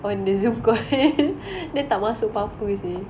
when dissolved then thomas super previously